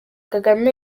kagame